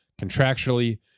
contractually